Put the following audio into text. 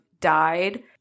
died